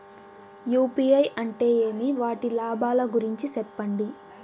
UPI అంటే ఏమి? వాటి లాభాల గురించి సెప్పండి?